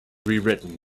rewritten